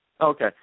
Okay